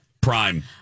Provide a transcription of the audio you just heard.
Prime